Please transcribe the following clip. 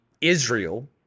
Israel